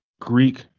greek